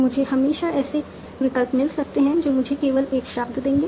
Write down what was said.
मुझे हमेशा ऐसे विकल्प मिल सकते हैं जो मुझे केवल एक शब्द देंगे